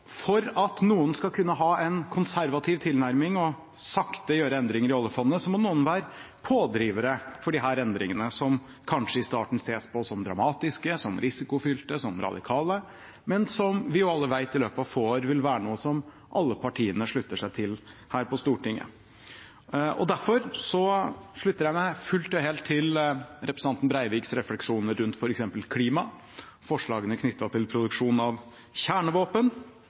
sakte gjøre endringer i oljefondet, må noen være pådrivere for disse endringene, som kanskje i starten ses på som dramatiske, risikofylte og radikale, men som – som vi alle vet – i løpet av få år vil være noe som alle partiene slutter seg til her på Stortinget. Derfor slutter jeg meg fullt og helt til representanten Breiviks refleksjoner rundt f.eks. klima og forslagene knyttet til produksjon av kjernevåpen,